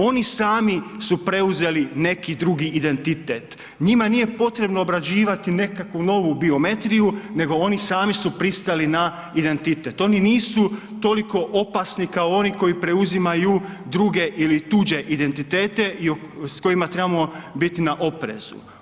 Oni sami su preuzeli neki drugi identitet, njima nije potrebno obrađivati nekakvu novu biometriju, nego oni sami su pristali na identitet, oni nisu toliko opasni kao oni koji preuzimaju druge ili tuđe identitete i s kojima trebamo biti na oprezu.